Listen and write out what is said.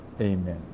amen